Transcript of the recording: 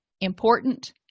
important